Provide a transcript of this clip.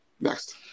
Next